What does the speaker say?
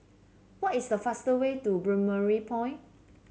what is the faster way to Balmoral Point